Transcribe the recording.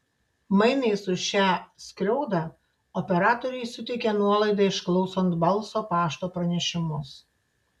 mainais už šią skriaudą operatoriai suteikė nuolaidą išklausant balso pašto pranešimus